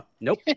Nope